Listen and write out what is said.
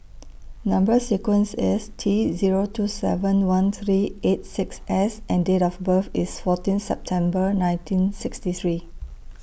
Number sequence IS T Zero two seven one three eight six S and Date of birth IS fourteen September nineteen sixty three